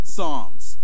Psalms